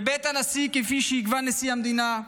בבית הנשיא, כפי שיקבע נשיא המדינה,